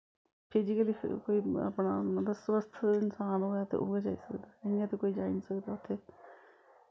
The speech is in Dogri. फिजिकली कोई अपना मतलव स्वस्थ इंसान होऐ ते उऐ जाई सकदा इ'यां ते कोई जाई निं सकदा उत्थें